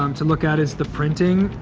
um to look at is the printing,